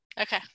Okay